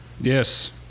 Yes